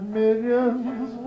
millions